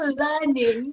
learning